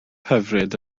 hyfryd